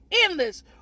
endless